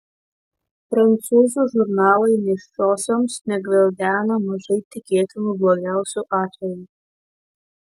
prancūzų žurnalai nėščiosioms negvildena mažai tikėtinų blogiausių atvejų